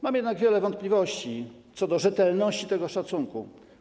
Mam jednak wiele wątpliwości co do rzetelności tego szacunku.